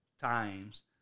times